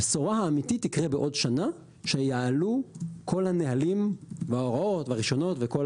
הבשורה האמיתית תקרה בעוד שנה כשיעלו כל הנהלים וההוראות והרישיונות וכל